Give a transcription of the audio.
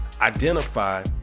identify